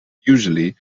usually